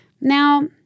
Now